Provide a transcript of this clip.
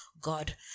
God